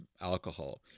alcohol